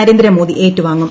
നരേന്ദ്രമോദി ഏറ്റുവാങ്ങും